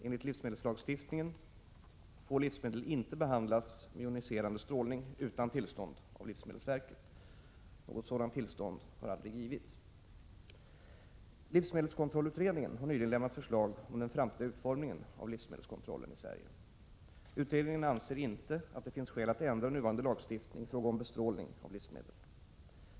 Enligt livsmedelslagstiftningen får livsmedel inte behandlas med joniserande strålning utan tillstånd av livsmedelsverket. Något sådant tillstånd har aldrig givits. Livsmedelskontrollutredningen har nyligen lämnat förslag om den framtida utformningen av livsmedelskontrollen i Sverige. Utredningen anser inte att det finns skäl att ändra nuvarande lagstiftning i fråga om bestrålning av livsmedel.